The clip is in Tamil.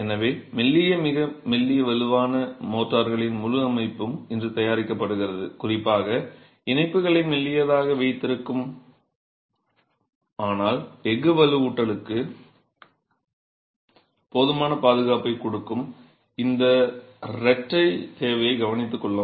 எனவே மெல்லிய மிக மெல்லிய வலுவான மோர்டார்களின் முழு அமைப்பும் இன்று தயாரிக்கப்படுகிறது குறிப்பாக இணைப்புகளை மெல்லியதாக வைத்திருக்கும் ஆனால் எஃகு வலுவூட்டலுக்கு போதுமான பாதுகாப்பைக் கொடுக்கும் இந்த இரட்டைத் தேவையை கவனித்துக்கொள்ள வேண்டும்